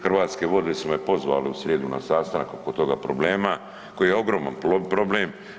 Hrvatske vode su me pozvale u srijedu na sastanak oko toga problema koji je ogroman problem.